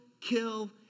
kill